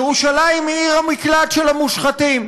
ירושלים היא עיר המקלט של המושחתים.